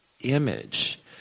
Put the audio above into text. image